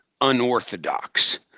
unorthodox